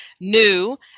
new